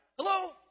Hello